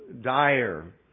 dire